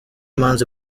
imanza